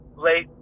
late